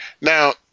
now